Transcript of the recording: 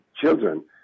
children